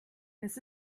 das